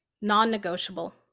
non-negotiable